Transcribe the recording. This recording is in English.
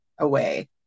away